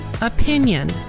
opinion